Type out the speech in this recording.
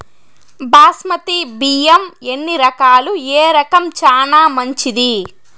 బాస్మతి బియ్యం ఎన్ని రకాలు, ఏ రకం చానా మంచిది?